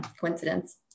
coincidence